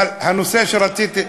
אבל הנושא שרציתי,